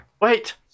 Wait